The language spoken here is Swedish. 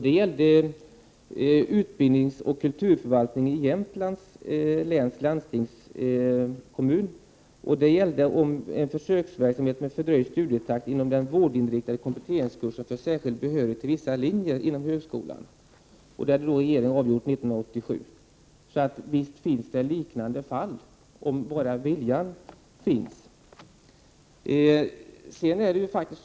Det gällde utbildningsoch kulturförvaltningen i Jämtlands läns landstingskommun och en försöksverksamhet med fördröjd studietakt inom den vårdinriktade kompletteringskursen för särskild behörighet till vissa linjer inom högskolan. Regeringen avgjorde detta ärende 1987. Visst finns det liknande fall, om bara viljan att göra någonting finns.